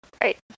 Right